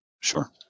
sure